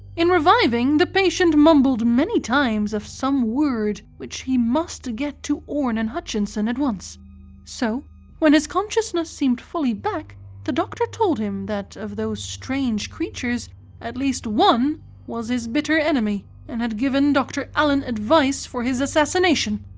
in reviving, the patient mumbled many times of some word which he must get to orne and hutchinson at once so when his consciousness seemed fully back the doctor told him that of those strange creatures at least one was his bitter enemy, and had given dr. allen advice for his assassination.